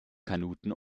kanuten